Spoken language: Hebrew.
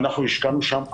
השקענו שם המון.